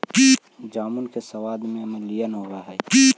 जामुन के सबाद में अम्लीयन होब हई